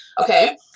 Okay